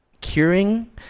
curing